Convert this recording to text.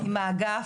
עם האגף.